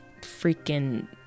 freaking